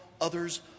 others